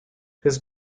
his